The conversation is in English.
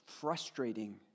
frustrating